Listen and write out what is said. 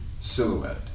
silhouette